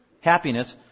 happiness